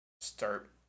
start